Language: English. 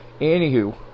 anywho